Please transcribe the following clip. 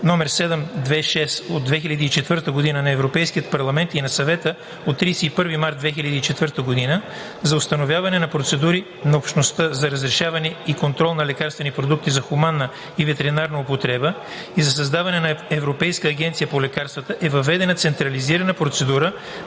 № 726/2004 на Европейския парламент и на Съвета от 31 март 2004 г. за установяване на процедури на Общността за разрешаване и контрол на лекарствени продукти за хуманна и ветеринарна употреба и за създаване на Европейска агенция по лекарствата е въведена централизирана процедура